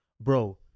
bro